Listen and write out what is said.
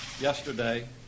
yesterday